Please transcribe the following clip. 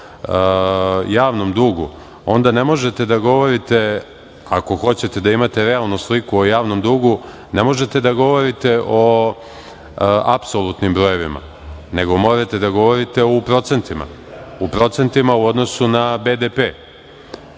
o javnom dugu, onda ne možete da govorite, ako hoćete da imate realnu sliku o javnom dugu, ne možete da govorite o apsolutnim brojevima, nego morate da govorite u procentima, u odnosu na